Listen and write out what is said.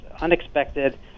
unexpected